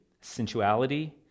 sensuality